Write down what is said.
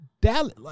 Dallas –